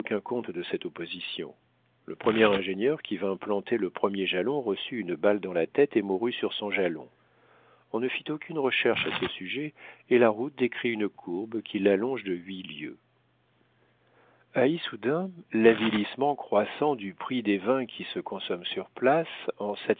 compte de cette opposition le premier ingénieur qui vint planter le premier jalon reçut une balle dans la tête et mourut sur son jalon on ne fit aucune recherche à ce sujet et la route décrit une courbe qui l'allonge de huit lieues a issoudun l'avilissement croissant du prix des vins qui se consomment sur place en